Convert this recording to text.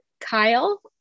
kyle